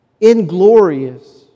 inglorious